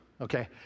okay